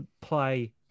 play